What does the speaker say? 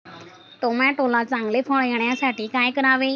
टोमॅटोला चांगले फळ येण्यासाठी काय करावे?